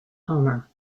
homer